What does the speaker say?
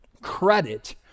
credit